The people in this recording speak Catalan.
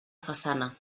façana